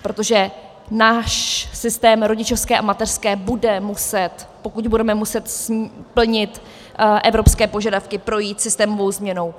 Protože náš systém rodičovské a mateřské bude muset, pokud budeme muset plnit evropské požadavky, projít systémovou změnou.